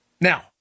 Now